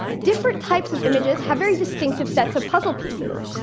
different types of images have very distinctive sets of puzzle pieces.